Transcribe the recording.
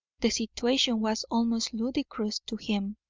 the situation was almost ludicrous to him.